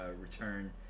return